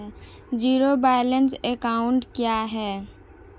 Zero balance account क्या है?